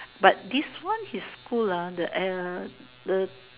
but this one his school lah the the